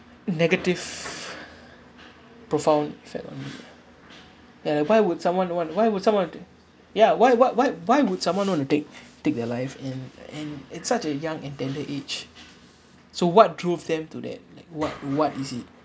negative profound effect on me ah and why would someone want why would someone t~ ya why what why why would someone want to take take their life and and at such a young and tender age so what drove them to that like what what is it